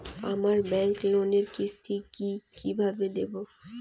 আমার ব্যাংক লোনের কিস্তি কি কিভাবে দেবো?